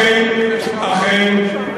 לא,